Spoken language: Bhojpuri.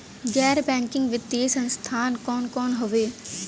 गैर बैकिंग वित्तीय संस्थान कौन कौन हउवे?